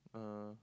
(uh huh)